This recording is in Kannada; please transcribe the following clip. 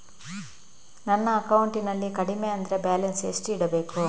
ನನ್ನ ಅಕೌಂಟಿನಲ್ಲಿ ಕಡಿಮೆ ಅಂದ್ರೆ ಬ್ಯಾಲೆನ್ಸ್ ಎಷ್ಟು ಇಡಬೇಕು?